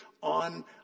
on